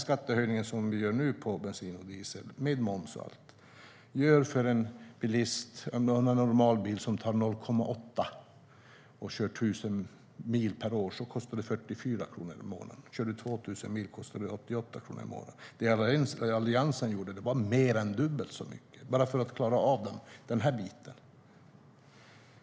Skattehöjningen på bensin och diesel som vi gör nu, med moms och allt, gör att det för en bilist med en normal bil som drar 0,8 liter per mil och kör 1 000 mil per år kostar 44 kronor i månaden. Kör man 2 000 mil kostar det 88 kronor i månaden. Det Alliansen gjorde var mer än dubbelt så mycket, bara för att klara av den biten.